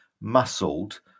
muscled